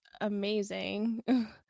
amazing